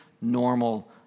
normal